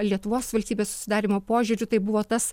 lietuvos valstybės susidarymo požiūriu tai buvo tas